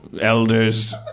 Elders